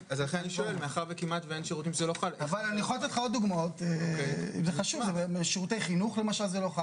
אבל אני יכול לתת לך עוד דוגמאות אם זה חשוב - שירותי חינוך לא חל.